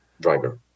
driver